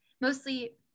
mostly